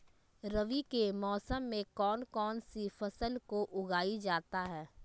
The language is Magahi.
रवि के मौसम में कौन कौन सी फसल को उगाई जाता है?